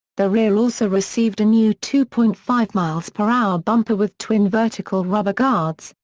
the rear also received a new two point five miles per hour bumper with twin vertical rubber guards,